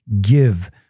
give